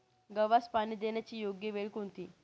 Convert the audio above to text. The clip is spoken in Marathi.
गव्हास पाणी देण्याची योग्य वेळ कोणती?